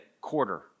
quarter